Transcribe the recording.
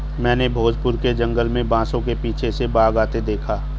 मैंने भोजपुर के जंगल में बांसों के पीछे से बाघ आते देखा